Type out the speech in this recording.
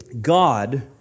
God